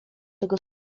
tego